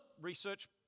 research